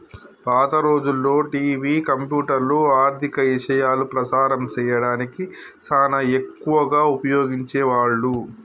పాత రోజుల్లో టివి, కంప్యూటర్లు, ఆర్ధిక ఇశయాలు ప్రసారం సేయడానికి సానా ఎక్కువగా ఉపయోగించే వాళ్ళు